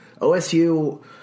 OSU